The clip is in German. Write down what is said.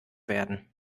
werden